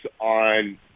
on